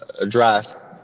address